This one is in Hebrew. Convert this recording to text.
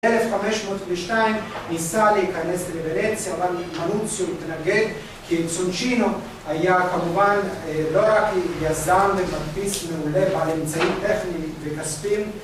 ב-1502 ניסה להיכנס לליברציה, אבל מרוציו התנגד כי צונצ'ינו היה כמובן לא רק יזם ומדפיס מעולה בעל אמצעים טכניים וכספים